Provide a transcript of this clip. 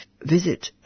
visit